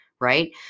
right